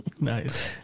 Nice